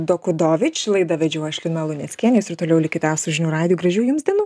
dokudovič laidą vedžiau aš lina luneckienė jūs ir toliau likite su žinių radiju gražių jums dienų